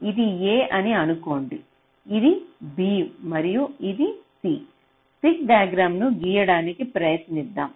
ఇది A అని అనుకోండి ఇది B మరియు ఇది C స్టిక్ డైగ్రామ్ ను గీయడానికి ప్రయత్నిద్దాం